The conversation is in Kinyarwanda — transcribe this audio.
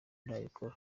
ndabibona